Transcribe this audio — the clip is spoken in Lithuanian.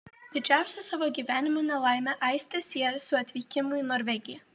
didžiausią savo gyvenimo nelaimę aistė sieja su atvykimu į norvegiją